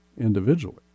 individually